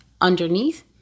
underneath